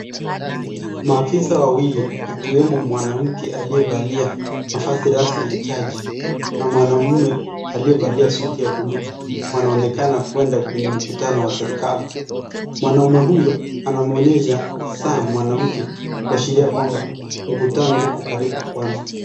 Maafisa wawili ikiwemo mwanamke aliyevalia mavazi rasmi ya jaji na mwanume aliyevalia suti ya buluu, anaonekana kwenda kwenye mkutano wa serikali, mwanaume huyo anamwonyesha saa mwanamke kuashiria kwamba mkutano uko karibu kuanza.